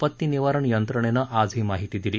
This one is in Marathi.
आपती निवारण यंत्रणेनं आज ही माहिती दिली